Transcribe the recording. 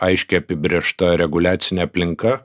aiškiai apibrėžta reguliacinė aplinka